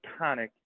iconic